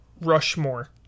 Rushmore